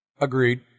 Agreed